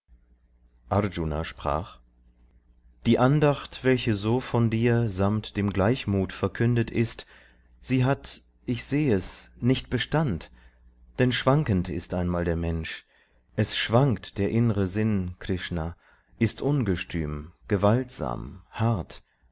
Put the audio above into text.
arjuna sprach die andacht welche so von dir samt dem gleichmut verkündet ist sie hat ich seh es nicht bestand denn schwankend ist einmal der mensch es schwankt der innre sinn krishna ist ungestüm gewaltsam hart